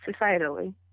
societally